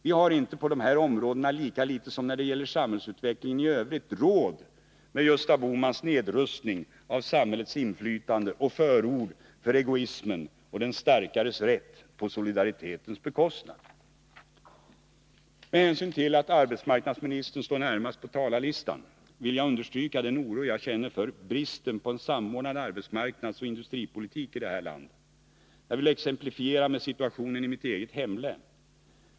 Vi har inte på dessa områden, lika litet som när det gäller samhällsutvecklingen i övrigt, råd med Gösta Bohmans nedrustning av samhällets inflytande och förord för egoismen och den starkares rätt på solidaritetens bekostnad. Med hänsyn till att arbetsmarknadsministern står närmast på talarlistan vill jag understryka den oro som jag känner för bristen på en samordnad arbetsmarknadsoch industripolitik i det här landet. Jag vill exemplifiera med situationen i mitt eget hemlän.